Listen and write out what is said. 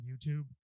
YouTube